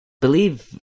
believe